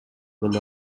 деле